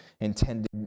intended